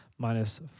Minus